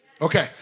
Okay